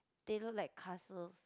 they look like castles